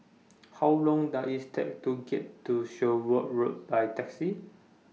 How Long Does IT Take to get to Sherwood Road By Taxi